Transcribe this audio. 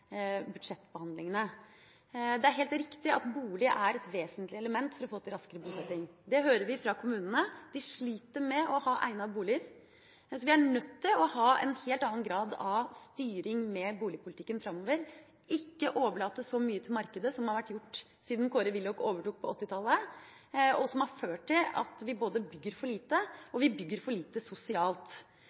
budsjettbehandlingene. Det er helt riktig at bolig er et vesentlig element for få til raskere bosetting. Det hører vi fra kommunene. De sliter med å ha egnede boliger. Så vi er nødt til å ha en helt annen grad av styring med boligpolitikken framover, og ikke overlate så mye til markedet som har vært gjort siden Kåre Willoch overtok på 1980-tallet, og som har ført til at vi bygger både for lite, og vi bygger for lite sosialt.